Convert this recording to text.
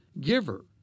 giver